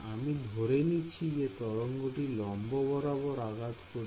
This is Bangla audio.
আমি ধরে নিচ্ছি যে তরঙ্গটি লম্ব বরাবর আঘাত করছে